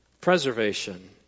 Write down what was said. Preservation